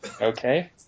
Okay